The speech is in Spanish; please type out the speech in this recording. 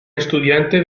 estudiante